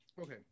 Okay